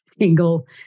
single